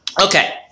Okay